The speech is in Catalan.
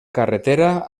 carretera